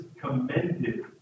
commended